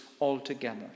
altogether